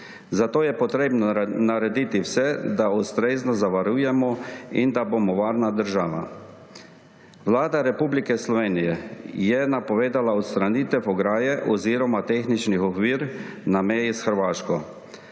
Zato je potrebno narediti vse, da se ustrezno zavarujemo in da bomo varna država. Vlada Republike Slovenije je napovedala odstranitev ograje oziroma tehničnih ovir na meji s Hrvaško,